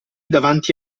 davanti